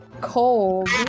cold